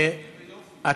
יופי.